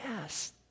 Yes